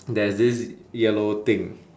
there's this yellow thing